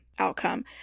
outcome